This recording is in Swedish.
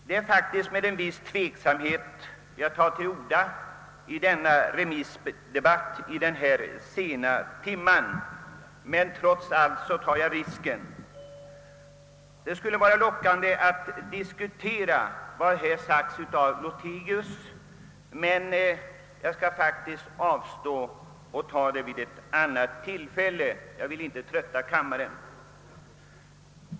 Det är faktiskt med en viss tveksamhet jag tar till orda i denna remissdebatt i denna sena timme, men jag tar trots allt risken att göra det. Det skulle vara lockande att diskutera vad herr Lothigius här sagt, men jag skall göra det vid ett annat tillfälle för att inte trötta kammaren.